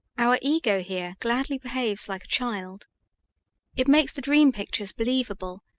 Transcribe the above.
our ego here gladly behaves like a child it makes the dream pictures believable,